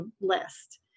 list